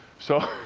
so.